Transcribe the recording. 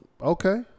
okay